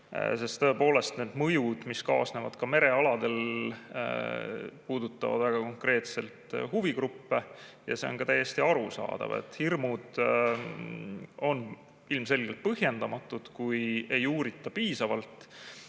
Tõepoolest, need mõjud, mis kaasnevad ka merealale [ehitamisega], puudutavad väga konkreetselt huvigruppe. See on täiesti arusaadav. Hirmud on ilmselgelt [põhjendatud], kui ei uurita piisavalt.